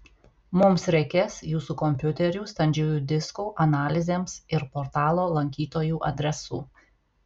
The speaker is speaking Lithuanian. mums reikės jūsų kompiuterių standžiųjų diskų analizėms ir portalo lankytojų adresų